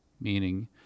meaning